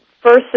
first